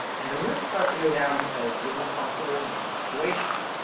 and the risk starts to go down because you're more comfortable in different situations.